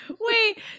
Wait